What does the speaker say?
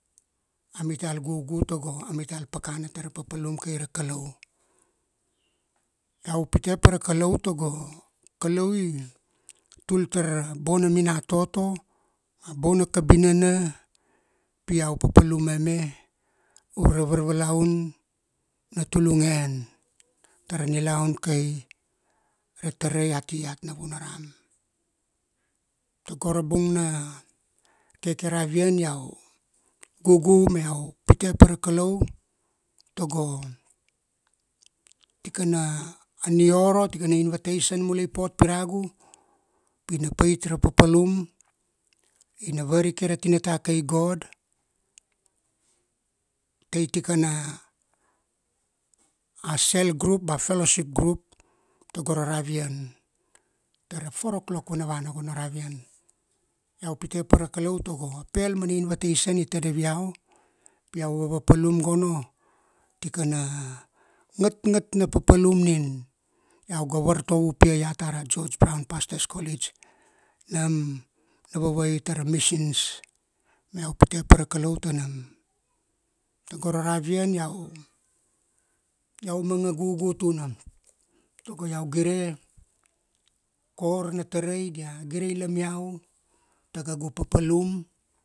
Amital gugu tago amital pakana tara papalum kai ra Kalou. Iau pitepa ra Kalou tago, Kalou i tul tar a bona minatoto, ma bona kabinana pi iau papalum mame ure ra varvalaun na tulungen, tara nilaun kai, ra tarai ati iat Navunaram. Togo ra bung na keke ravian iau gugu ma iau pitepa ra Kalou togo tikana a nioro tikana invitation mulei i pot piragu, pi na pait ra papalum, ina varike ra tinata kai God tai tikana a cell group ba fellowship group tago ra ravian, tara four o'clock vanavana gono ravian. Iau pitepa ra Kalou togo pel mana invitation i tadav iau, pi iau vapapalum gono tikana, ngatngat na papalum nin iau ga vartovo upia iat ara George Brown Pastors College, nam na vavai tara missions, ma iau pitepa ra Kalou ta nam. Tago ra ravian iau, iau manga gugu tuna, togo iau gire, kor na tarai dia girei lam iau ta kaugu papalu,